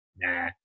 Nah